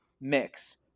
mix